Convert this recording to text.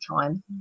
time